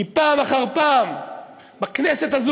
כי פעם אחר פעם בכנסת הזו,